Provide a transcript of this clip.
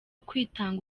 kwitanga